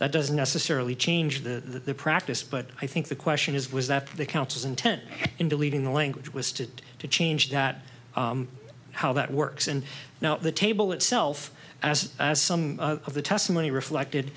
that doesn't necessarily change the practice but i think the question is was that the counsel's intent in deleting the language was to to change that how that works and now the table itself as some of the testimony reflected